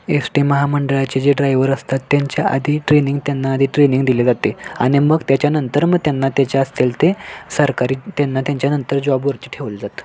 S T महामंडळाचे जे driver असतात त्यांच्या आधी ट्रेनिंग त्यांना आधी ट्रेनिंग दिले जाते आणि मग त्याच्यानंतर मग त्यांना त्याच्या असतील ते सरकारी त्यांना त्यांच्यानंतर जॉबवरती ठेवलं जातं